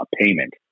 payment